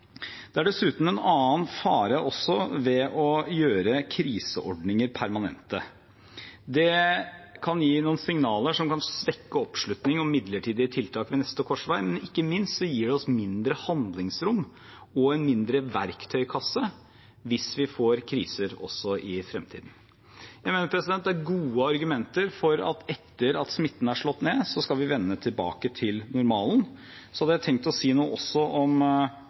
Det er også en annen fare ved å gjøre kriseordninger permanente. Det kan gi noen signaler som kan svekke oppslutningen om midlertidige tiltak ved neste korsvei, men ikke minst gir det oss mindre handlingsrom og en mindre verktøykasse hvis vi får kriser også i fremtiden. Jeg mener det er gode argumenter for at etter at smitten er slått ned, skal vi vende tilbake til normalen. Jeg hadde også tenkt å si noe om